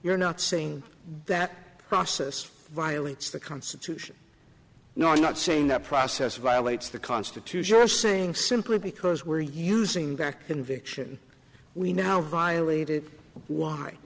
you're not saying that process violates the constitution no i'm not saying that process violates the constitution or saying simply because we're using back conviction we now violated